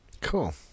Cool